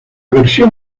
versión